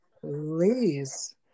Please